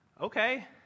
Okay